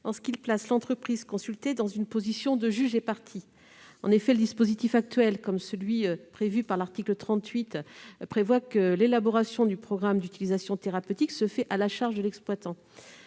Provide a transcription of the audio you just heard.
qu'il place l'entreprise consultée dans une position de juge et partie. En effet, l'article 38 prévoit que l'élaboration du programme d'utilisation thérapeutique se fait à la charge de l'exploitant.